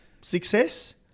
Success